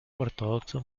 ortodoxo